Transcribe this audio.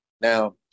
Now